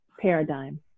paradigm